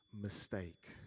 mistake